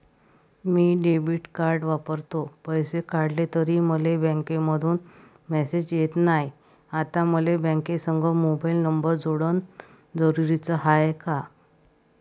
मी debit card वापरतो, पैसे काढले तरी मले बँकेमंधून मेसेज येत नाय, आता मले बँकेसंग मोबाईल नंबर जोडन जरुरीच हाय का?